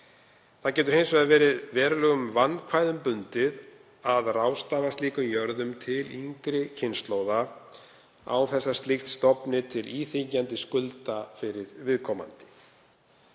Það getur hins vegar verið verulegum vandkvæðum bundið að ráðstafa slíkum jörðum til yngri kynslóða án þess að slíkt stofni til íþyngjandi skulda fyrir viðkomandi.